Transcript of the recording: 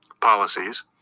policies